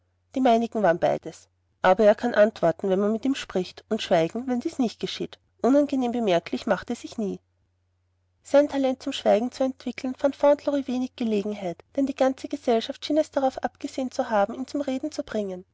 die meinigen waren beides aber er kann antworten wenn man mit ihm spricht und schweigen wenn dies nicht geschieht unangenehm bemerklich macht er sich nie sein talent zum schweigen zu entwickeln fand fauntleroy wenig gelegenheit denn die ganze gesellschaft schien es darauf abgesehen zu haben ihn zum reden zu bringen